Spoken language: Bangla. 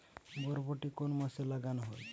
বরবটি কোন মাসে লাগানো হয়?